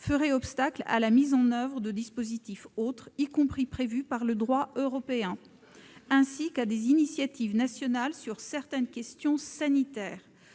ferait obstacle à la mise en oeuvre d'autres dispositifs, y compris lorsqu'ils sont prévus par le droit européen, ainsi qu'à des initiatives nationales sur certaines questions sanitaires.